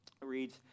reads